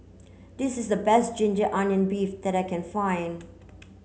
this is the best ginger onion beef that I can find